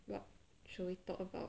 what shall we talk about